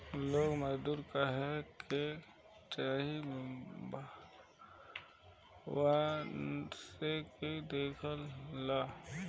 लोग मजदूर कहके चाहे हीन भावना से भी देखेला